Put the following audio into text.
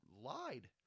lied